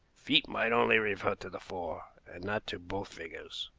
feet might only refer to the four, and not to both figures,